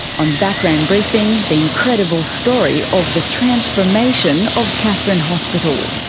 on background briefing the incredible story of the transformation of katherine hospital,